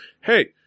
hey